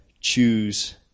choose